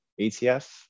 ETF